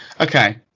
okay